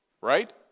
right